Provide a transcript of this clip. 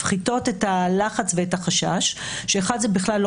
שמפחיתים את הלחץ ואת החשש: הדבר הראשון הוא שלא